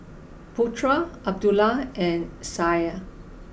Putra Abdullah and Syah